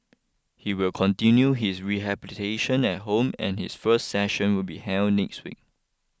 he will continue his rehabilitation at home and his first session will be held next week